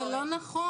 זה לא נכון,